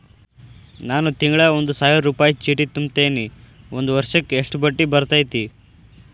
ನಾನು ತಿಂಗಳಾ ಒಂದು ಸಾವಿರ ರೂಪಾಯಿ ಚೇಟಿ ತುಂಬತೇನಿ ಒಂದ್ ವರ್ಷಕ್ ಎಷ್ಟ ಬಡ್ಡಿ ಬರತೈತಿ?